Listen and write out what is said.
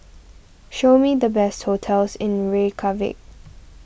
show me the best hotels in Reykjavik